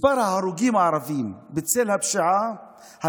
מספר ההרוגים הערבים בצל הפשיעה הוא